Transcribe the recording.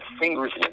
fingers